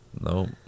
Nope